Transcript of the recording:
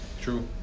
true